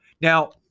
Now